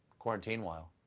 quarantine-while,